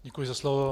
Děkuji za slovo.